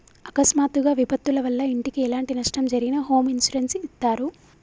అకస్మాత్తుగా విపత్తుల వల్ల ఇంటికి ఎలాంటి నష్టం జరిగినా హోమ్ ఇన్సూరెన్స్ ఇత్తారు